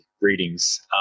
readings